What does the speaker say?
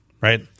right